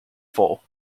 full